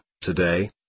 today